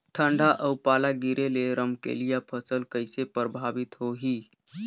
ठंडा अउ पाला गिरे ले रमकलिया फसल कइसे प्रभावित होही?